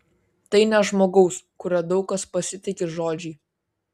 tai ne žmogaus kuriuo daug kas pasitiki žodžiai